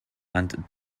and